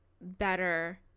better